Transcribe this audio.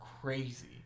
crazy